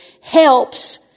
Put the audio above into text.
helps